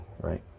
right